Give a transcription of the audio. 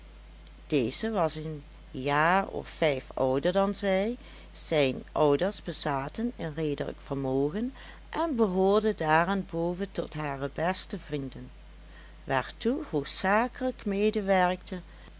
deze was een jaar of vijf ouder dan zij zijne ouders bezaten een redelijk vermogen en behoorden daarenboven tot hare beste vrienden waartoe hoofdzakelijk medewerkte